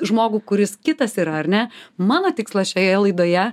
žmogų kuris kitas yra ar ne mano tikslas šioje laidoje